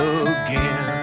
again